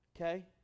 Okay